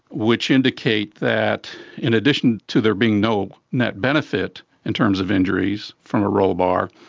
which indicate that in addition to there being no net benefit in terms of injuries from a rollbar,